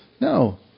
No